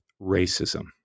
racism